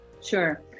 Sure